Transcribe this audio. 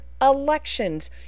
elections